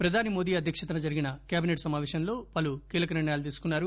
ప్రధాని మోదీ అధ్యక్షతన జరిగిన కేబిసెట్ సమాపేశంలో పలు కీలక నిర్లయాలు తీసుకున్నారు